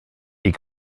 est